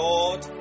Lord